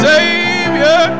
Savior